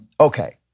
Okay